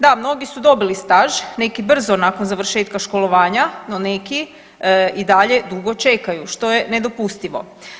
Da mnogi su dobili staž, neki brzo nakon završetka školovanja, no neki i dalje dugo čekaju što je nedopustivo.